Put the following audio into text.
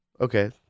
Okay